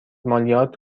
مالیات